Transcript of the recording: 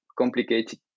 complicated